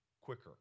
quicker